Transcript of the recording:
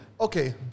Okay